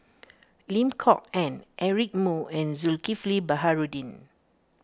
Lim Kok Ann Eric Moo and Zulkifli Baharudin